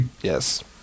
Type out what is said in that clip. Yes